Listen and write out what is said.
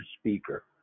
speaker